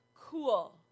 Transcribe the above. Cool